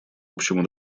общем